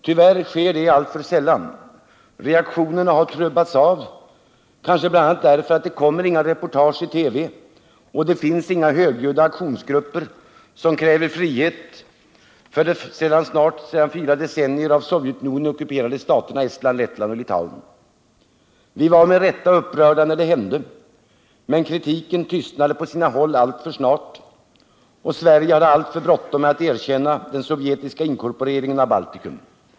Tyvärr sker detta alltför sällan; reaktionerna har trubbats av, kanske därför att det inte kommer några reportage i TV om dem och därför att det inte finns några högljudda aktionsgrupper, som kräver frihet för de sedan snart fyra decennier av Sovjetunionen ockuperade staterna Estland, Lettland och Litauen. Vi var med all rätt upprörda när det hände, men kritiken tystnade på sina håll alltför snart, och Sverige hade alltför bråttom med att erkänna den sovjetiska inkorporeringen av Baltikum.